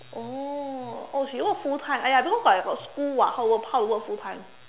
oh oh she work full time !aiya! don't know but I got school [what] how to work how to work full time